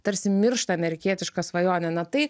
tarsi miršta amerikietiška svajonė na tai